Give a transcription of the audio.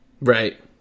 Right